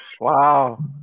Wow